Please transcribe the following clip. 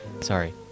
sorry